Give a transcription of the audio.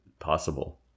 Possible